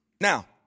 Now